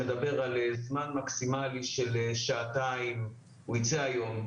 שמדבר על זמן מקסימלי של שעתיים מרגע